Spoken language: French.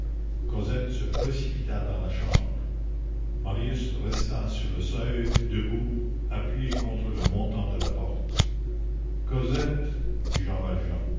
cosette se précipita dans la chambre marius resta sur le seuil debout appuyé contre le montant de la porte cosette dit jean valjean